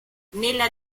nella